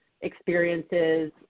experiences